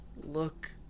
look